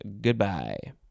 Goodbye